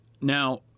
Now